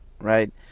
right